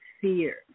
fear